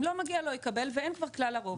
אם לא מגיע לו הוא לא יקבל ואין כבר כלל הרוב.